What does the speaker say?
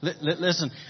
Listen